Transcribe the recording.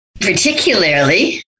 particularly